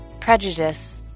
Prejudice